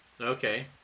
okay